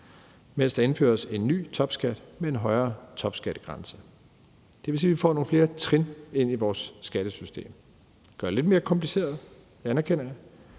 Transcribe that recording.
mens der indføres en ny topskat med en højere topskattegrænse. Det vil sige, at vi får nogle flere trin ind i vores skattesystem. Det gør det lidt mere kompliceret, det anerkender jeg,